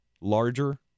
larger